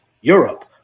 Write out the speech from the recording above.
Europe